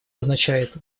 означает